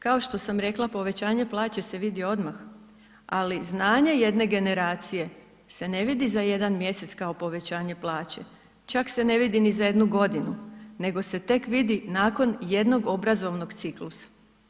Kao što sam rekla povećanje plaće se vidi odmah, ali znanje jedne generacije se ne vidi za jedan mjesec kao povećanje plaće, čak se ne vidi ni za jednu godinu nego se tek vidi nakon jednog obrazovnog ciklusa.